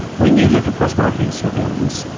when you look at post-marketing surveillance,